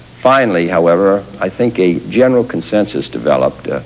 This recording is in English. finally, however, i think a general consensus developed.